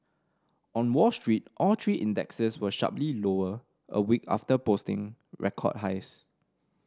on Wall Street all three indexes were sharply lower a week after posting record highs